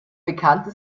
bekannte